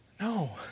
No